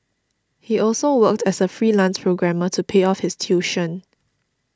he also worked as a freelance programmer to pay off his tuition